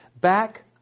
back